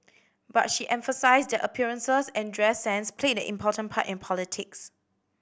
but she emphasised that appearances and dress sense played an important part in politics